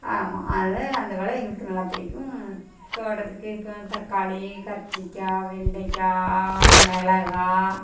ஆமாம் அதனால அந்த வேலை எங்களுக்கு நல்லா பிடிக்கும் தோட்டத்துக்கு இப்போது தக்காளி கத்திரிக்காய் வெண்டைக்காய் மிளகா